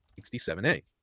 67A